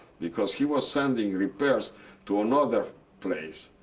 because he was sending repairs to another place.